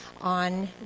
on